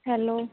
hello